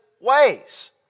ways